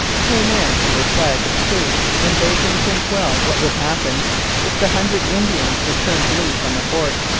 came in under flag of truce and bade them think well what would happen if the hundred indians were turned loose on the fort.